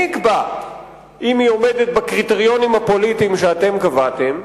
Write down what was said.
מי יקבע אם היא עומדת בקריטריונים הפוליטיים שאתם קבעתם?